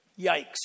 Yikes